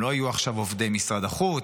הם לא יהיו עכשיו עובדי משרד החוץ,